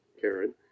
Karen